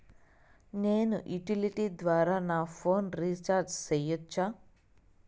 నేను యుటిలిటీ ద్వారా నా ఫోను రీచార్జి సేయొచ్చా?